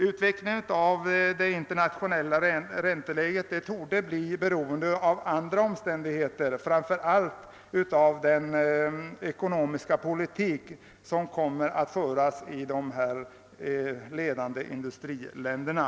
Utvecklingen av det internationella ränteläget torde bli beroende av andra omständigheter, framför alit av den ekonomiska politik som kommer att föras i de ledande industriländerna.